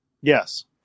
Yes